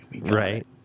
right